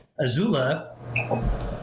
Azula